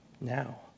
now